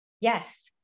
Yes